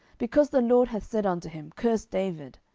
because the lord hath said unto him, curse david.